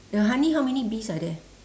the honey how many bees are there